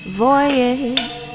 voyage